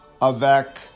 avec